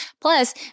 plus